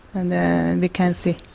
and then we can see.